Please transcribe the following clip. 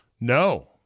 No